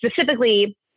Specifically